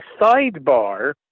sidebar